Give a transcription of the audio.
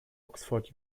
oxford